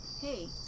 hey